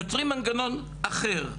יוצרים מנגנון אחר,